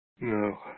no